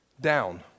down